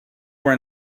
were